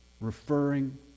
referring